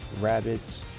rabbits